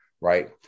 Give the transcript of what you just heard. right